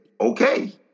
okay